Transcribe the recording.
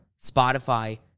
Spotify